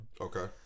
Okay